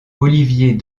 olivier